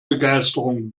begeisterung